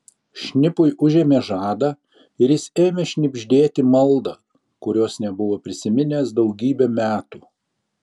šnipui užėmė žadą ir jis ėmė šnibždėti maldą kurios nebuvo prisiminęs daugybę metų